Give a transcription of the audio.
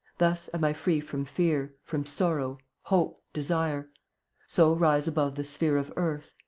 thus am i free from fear, from sorrow, hope, desire so rise above the sphere of earth,